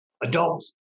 adults